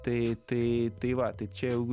tai tai tai va tai čia jau